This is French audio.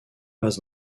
passe